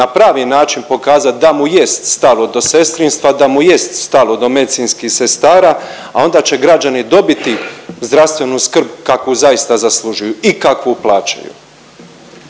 na pravi način pokazat da mu jest stalo do sestrinstva, da mu jest stalo do medicinskih sestara, a onda će građani dobiti zdravstvenu skrb kakvu zaista zaslužuju i kakvu plaćaju.